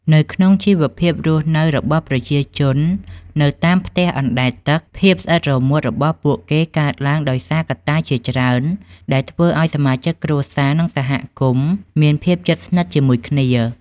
នៅក្នុងជីវភាពរស់នៅរបស់ប្រជាជននៅតាមផ្ទះអណ្ដែតទឹក ភាពស្អិតរមួតរបស់ពួកគេកើតឡើងដោយសារកត្តាជាច្រើនដែលធ្វើឲ្យសមាជិកគ្រួសារ និងសហគមន៍មានភាពជិតស្និទ្ធជាមួយគ្នា។